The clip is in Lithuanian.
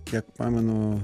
kiek pamenu